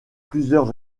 plusieurs